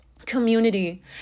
community